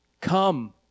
Come